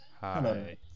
Hi